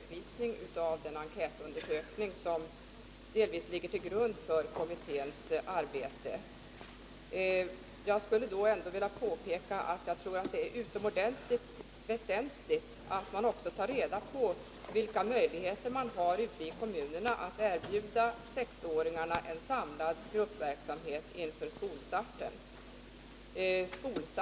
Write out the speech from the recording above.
Herr talman! Jag vill först tacka Kerstin Göthberg för hennes redovisning av den enkätundersökning bland kommunerna som ligger till grund för kommitténs arbete. Jag tror emellertid att det vore värdefullt för kommittén att också få veta vilka möjligheter kommunerna har att erbjuda sexåringarna en samlad gruppverksamhet som förberedelse inför skolan.